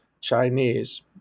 Chinese